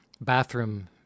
bathroom